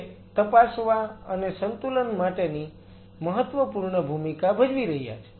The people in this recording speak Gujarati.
જે તપાસવા અને સંતુલન માટેની મહત્વપૂર્ણ ભૂમિકા ભજવી રહ્યા છે